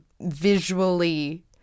visually